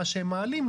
מה שהם מעלים,